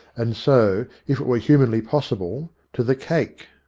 and so, if it were humanly possible, to the cake.